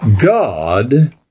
God